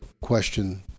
question